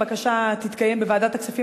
הבקשה תתקיים בוועדת הכספים,